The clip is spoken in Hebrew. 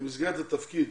במסגרת התפקיד